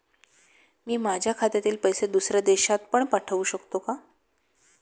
मी माझ्या खात्यातील पैसे दुसऱ्या देशात पण पाठवू शकतो का?